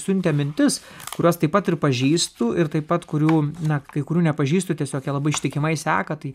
siuntė mintis kuriuos taip pat ir pažįstų ir taip pat kurių na kai kurių nepažįstu tiesiog jie labai ištikimai seka tai